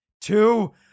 Two